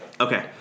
Okay